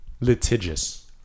litigious